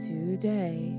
Today